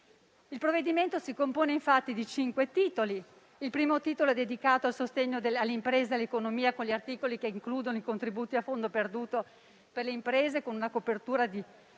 Il provvedimento si compone di cinque titoli. Il titolo I è dedicato al sostegno alle imprese e all'economia con gli articoli che includono i contributi a fondo perduto per le imprese, con una copertura di